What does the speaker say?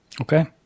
okay